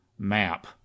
map